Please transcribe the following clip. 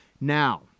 Now